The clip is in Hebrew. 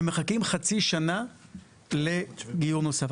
והם מחכים חצי שנה לגיור נוסף.